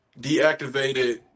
deactivated